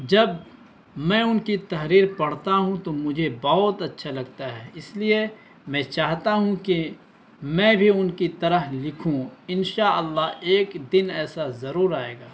جب میں ان کی تحریر پڑھتا ہوں تو مجھے بہت اچھا لگتا ہے اس لیے میں چاہتا ہوں کہ میں بھی ان کی طرح لکھوں انشاء اللہ ایک دن ایسا ضرور آئے گا